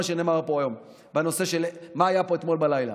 שנאמר פה היום בנושא של מה היה פה אתמול בלילה.